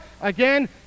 again